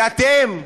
ואתם?